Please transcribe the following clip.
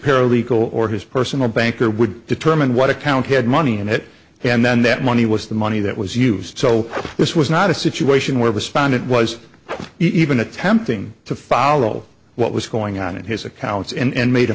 paralegal or his personal banker would determine what account had money in it and then that money was the money that was used so this was not a situation where was found it was even attempting to follow what was going on in his accounts and made a